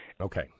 Okay